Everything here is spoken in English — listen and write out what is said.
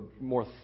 more